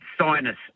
Sinus